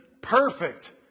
perfect